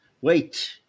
wait